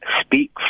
speak